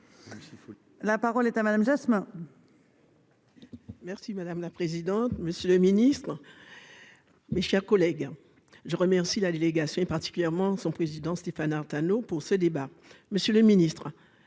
La parole est à madame Jasmin. Merci madame la présidente, monsieur le Ministre, mes chers collègues, je remercie la délégation et particulièrement son président Stéphane Artano pour ce débat, monsieur le Ministre,